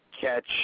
catch